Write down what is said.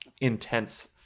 intense